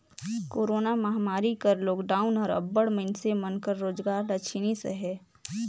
corona महमारी कर lockdown हर अब्बड़ मइनसे मन कर रोजगार ल छीनिस अहे